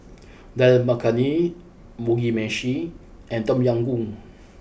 Dal Makhani Mugi Meshi and Tom Yam Goong